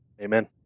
Amen